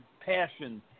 passion